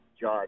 Judge